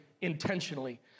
intentionally